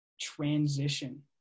transition